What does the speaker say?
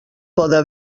poda